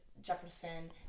Jefferson